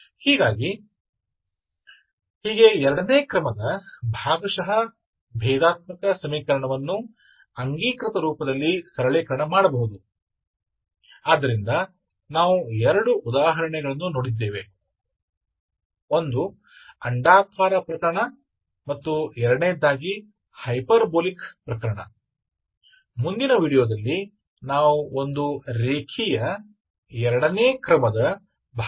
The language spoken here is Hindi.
तो यह है कि आप दूसरे क्रम के पार्शियल डिफरेंशियल समीकरण को कैनॉनिकल रूप में कैसे कम कर सकते हैं इसलिए हमने अण्डाकार के लिए हाइपरबॉलिक एक के लिए दो उदाहरण देखे हैं इसलिए अगले वीडियो में हम एक रैखिक दूसरे क्रम पार्शियल डिफरेंशियल समीकरण के कैनॉनिकल रूप को खोजने का प्रयास करेंगे